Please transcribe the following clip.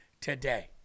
today